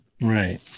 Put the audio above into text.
Right